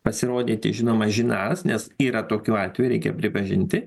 pasirodyti žinoma žinąs nes yra tokių atvejų reikia pripažinti